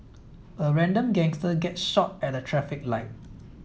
a random gangster gets shot at a traffic light